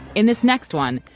in this next one,